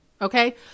okay